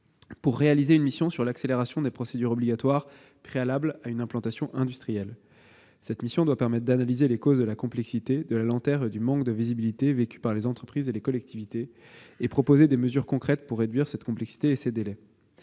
de réaliser une mission sur l'accélération des procédures obligatoires préalables à une implantation industrielle. Cette mission doit permettre d'analyser les causes de la complexité, de la lenteur et du manque de visibilité vécus par les entreprises et les collectivités et proposer des mesures concrètes pour réduire cette complexité et ces délais.